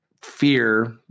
fear